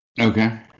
Okay